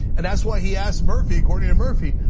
and, that's why he asked murphy, according to murphy,